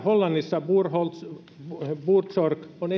hollannissa buurtzorg on